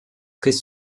très